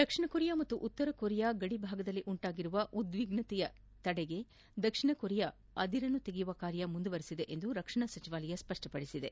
ದಕ್ಷಿಣ Korea ಮತ್ತು ಉತ್ತರ Korea ಗಡಿಯಲ್ಲಿ ಉಂಟಾಗಿರುವ ಪ್ರಕ್ಷುಬ್ದತೆ ತಡೆಗೆ ದಕ್ಷಿಣ ಕೊರಿಯಾ ಅದಿರುನ್ನು ತೆಗೆಯುವ ಕಾರ್ಯ ಮುಂದುವರೆಸಿದೆ ಎಂದು ರಕ್ಷಣಾ ಸಚಿವಾಲಯ ಸ್ಪಷ್ಟಪಡಿಸಿದೆ